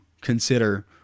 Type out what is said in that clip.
consider